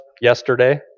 yesterday